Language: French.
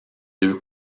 deux